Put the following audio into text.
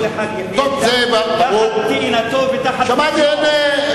וכל אחד ישב תחת תאנתו ותחת גפנו.